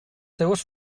seues